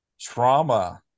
Trauma